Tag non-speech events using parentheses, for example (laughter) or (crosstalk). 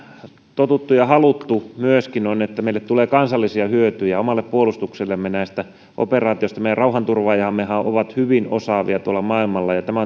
totuttu ja mitä on myöskin haluttu on että meille tulee kansallisia hyötyjä omalle puolustuksellemme näistä operaatioita meidän rauhanturvaajammehan tuolla maailmalla ovat hyvin osaavia ja tämä (unintelligible)